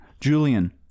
Julian